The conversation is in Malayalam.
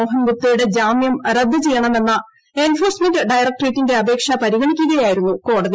മോഹൻ ഗുപ്തയുടെ ജാമ്യം റദ്ദുചെയ്യണമെന്ന എൻഫോഴ്സ്മെന്റ് ഡയറക്ടറേറ്റിന്റെ അപേക്ഷ പരിഗണിക്കുകയായിരുന്നു കോടതി